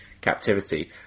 captivity